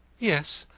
yes,